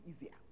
easier